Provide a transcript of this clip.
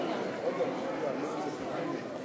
בבקשה.